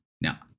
Now